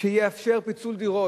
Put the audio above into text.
לאפשר פיצול דירות.